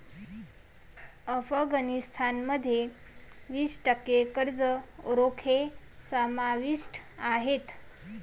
अफगाणिस्तान मध्ये वीस टक्के कर्ज रोखे समाविष्ट आहेत